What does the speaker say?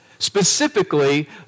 specifically